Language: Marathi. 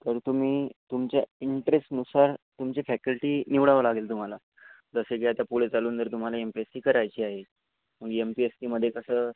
तर तुम्ही तुमच्या इंटरेस्टनुसार तुमची फॅकल्टी निवडावं लागेल तुम्हाला जसं की आता पुढे चालून तुम्हाला एम पी एस सी करायची आहे म्हणजे एम पी एस सीमध्ये कसं